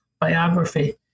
biography